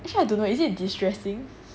actually I don't know leh is it a distressing